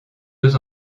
deux